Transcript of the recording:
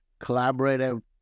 collaborative